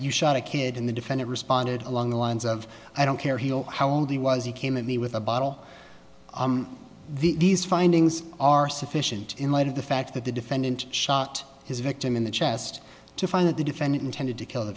you shot a kid in the defendant responded along the lines of i don't care he'll how only was he came in the with a bottle these findings are sufficient in light of the fact that the defendant shot his victim in the chest to find that the defendant intended to kill the